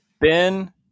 Ben